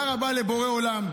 תודה רבה לבורא עולם.